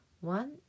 One